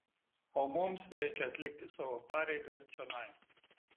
o mums reikia atlikti savo pareigą čionai